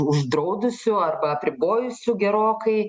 uždraudusių arba apribojusių gerokai